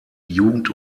jugend